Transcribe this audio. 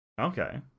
okay